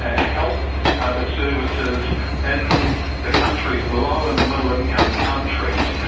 ah help ah the services in the countries, the low and middle income countries,